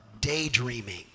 daydreaming